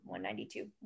192